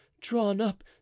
drawn-up